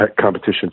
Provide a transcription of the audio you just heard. competition